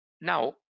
now